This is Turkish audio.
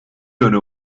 yönü